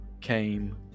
came